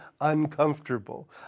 uncomfortable